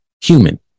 human